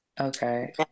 Okay